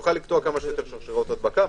יוכל לקטוע כמה שיותר שרשראות הדבקה,